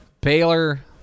Baylor